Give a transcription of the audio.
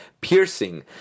Piercing